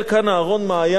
כאן אהרן מעיין,